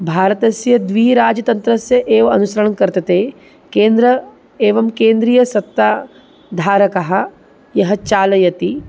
भारतस्य द्वे राजतन्त्रस्य एव अनुसरणं वर्तते केन्द्रः एवं केन्द्रीयसत्ताधारकः यः चालयति